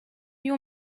your